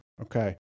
Okay